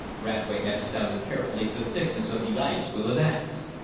radway had sounded carefully the thickness of the ice with an ax.